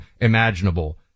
imaginable